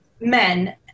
men